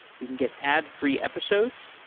you can get ad-free episodes.